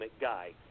guy